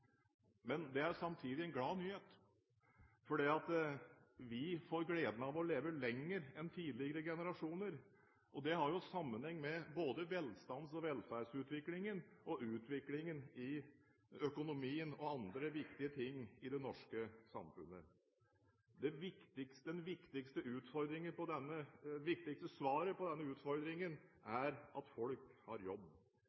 Men det er samtidig en glad nyhet, fordi vi får gleden av å leve lenger enn tidligere generasjoner. Det har jo sammenheng med både velstands- og velferdsutviklingen, utviklingen i økonomien og andre viktige ting i det norske samfunnet. Det viktigste svaret på denne utfordringen